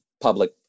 public